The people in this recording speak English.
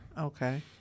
okay